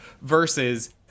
versus